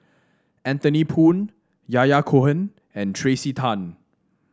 Anthony Poon Yahya Cohen and Tracey Tan